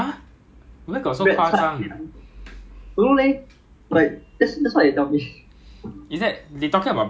ya they all the all the 包 lor-mai-kai don't come together [one] they come separately [one] so like let's say Mondays lor-mai-kai Yuesdays is 包 Wednesdays is like